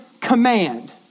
command